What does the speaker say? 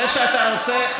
זה שאתה רוצה,